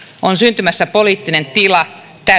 on syntymässä poliittinen tila